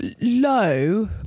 low